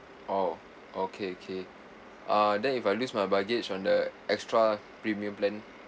orh okay okay uh then if I lose my baggage on the extra premium plan